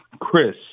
Chris